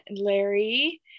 Larry